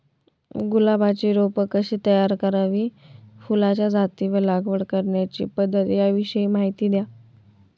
गुलाबाची रोपे कशी तयार करावी? फुलाच्या जाती व लागवड करण्याची पद्धत याविषयी माहिती द्या